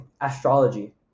astrology